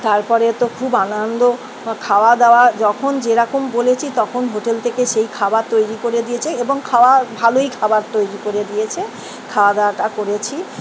তারপরে তো খুব আনন্দ খাওয়া দাওয়া যখন যেরকম বলেছি তখন হোটেল থেকে সেই খাবার তৈরি করে দিয়েছে এবং খাওয়া ভালোই খাবার তৈরি করে দিয়েছে খাওয়া দাওয়াটা করেছি